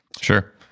Sure